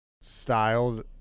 styled